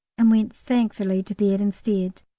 and went thankfully to bed instead.